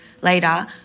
later